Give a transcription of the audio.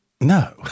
No